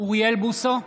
אוריאל בוסו,